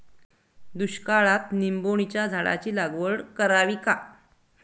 दुष्काळात निंबोणीच्या झाडाची लागवड करावी का?